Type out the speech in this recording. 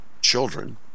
children